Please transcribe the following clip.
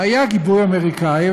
היה גיבוי אמריקני,